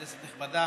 כנסת נכבדה,